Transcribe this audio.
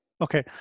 Okay